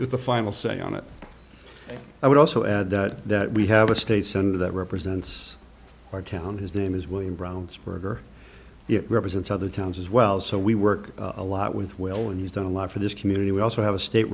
is the final say on it i would also add that we have a states and that represents our town his name is william brownsburg or it represents other towns as well so we work a lot with will and he's done a lot for this community we also have a state